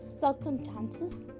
circumstances